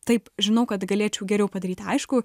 taip žinau kad galėčiau geriau padaryti aišku